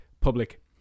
public